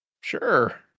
Sure